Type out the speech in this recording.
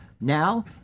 Now